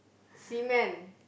cement